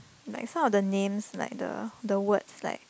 like some of the names like the the words like